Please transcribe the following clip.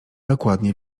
dokładnie